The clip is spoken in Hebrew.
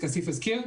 כפי שהוזכר.